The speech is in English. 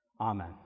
Amen